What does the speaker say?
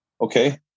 okay